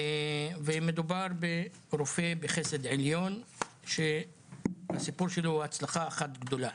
ומדובר ברופא בחסד עליון שהסיפור שלו הוא הצלחה אחת גדולה.